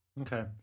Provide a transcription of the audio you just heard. Okay